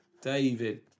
David